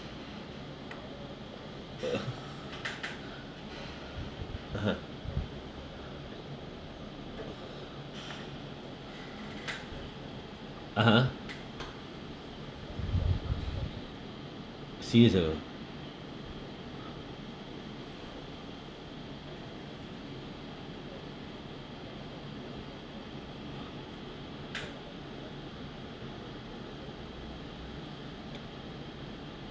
uh (uh huh) (uh huh) serious ah bro